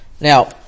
Now